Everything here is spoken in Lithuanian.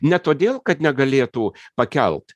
ne todėl kad negalėtų pakelt